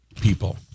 people